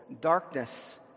darkness